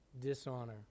dishonor